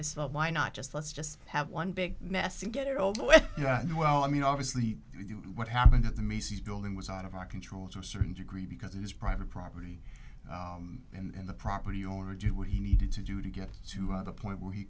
just why not just let's just have one big mess and get it all the way yeah well i mean obviously what happened at the macy's building was out of our control to a certain degree because it is private property and the property owner did what he needed to do to get to the point where he